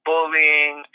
Bullying